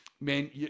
man